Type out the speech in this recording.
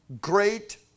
great